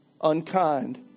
unkind